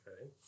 Okay